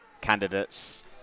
candidates